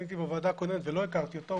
הייתי בוועדה הקודמת ולא הכרתי אותו,